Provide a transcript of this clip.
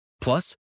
Plus